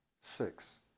six